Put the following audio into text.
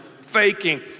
faking